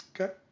Okay